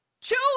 choose